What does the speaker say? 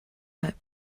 but